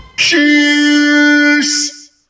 Cheers